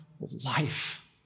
life